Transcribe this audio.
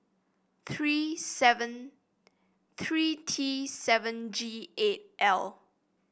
three seven three T seven G eight L